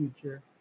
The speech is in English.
future